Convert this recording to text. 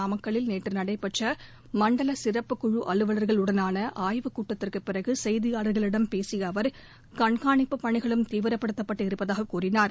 நாமக்கல்லில் நேற்று நடைபெற்ற மண்டல சிறப்பு குழு அலுவள்களுடனான ஆய்வுக் கூட்டத்திற்கு பிறகு செய்தியாளா்களிடம் பேசிய அவா் கண்காணிப்பு பணிகளும் தீவிரப்படுத்தப்பட்டு இருப்பதாக கூறினார்